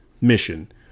mission